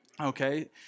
okay